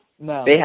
No